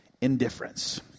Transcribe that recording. indifference